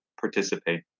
participate